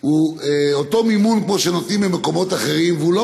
הוא אותו מימון שנותנים במקומות אחרים, והוא לא